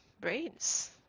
brains